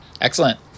Excellent